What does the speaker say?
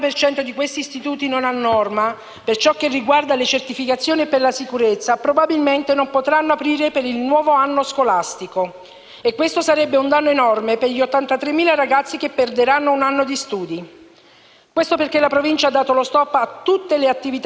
questo sarebbe un danno enorme per gli 83.000 ragazzi che perderanno un anno di studi. Questo perché la Provincia ha dato lo *stop* a tutte le attività di manutenzione e addirittura di erogazione di energia elettrica e riscaldamento, oltre all'aver interdetto gli istituti tecnici